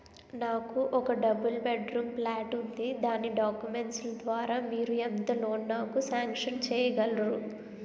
నాకు ఒక double bedroom plot ఉంది దాని డాక్యుమెంట్స్ లు ద్వారా మీరు ఎంత లోన్ నాకు సాంక్షన్ చేయగలరు?